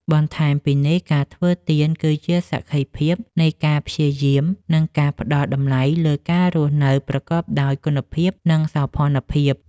បន្ថែមពីនេះ ការធ្វើទៀនគឺជាសក្ខីភាពនៃការព្យាយាម និងការផ្ដល់តម្លៃលើការរស់នៅប្រកបដោយគុណភាព និងសោភ័ណភាព។